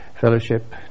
fellowship